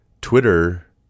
Twitter